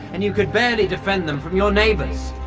and you could barely defend them from your neighbours.